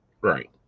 Right